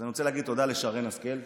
אז אני רוצה להגיד תודה לשרן השכל,